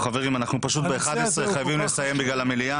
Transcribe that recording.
ב-11 חייבים לסיים בגלל המליאה.